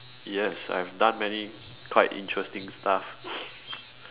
yes I have done many quite interesting stuff